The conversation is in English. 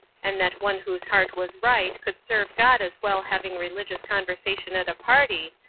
and that one whose heart was right could serve god as well having religious conversation at a party,